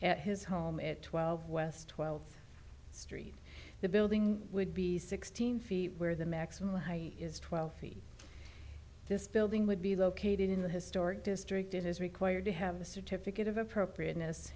rebuilding his home at twelve west twelfth street the building would be sixteen feet where the maximum height is twelve feet this building would be located in the historic district it is required to have the certificate of appropriateness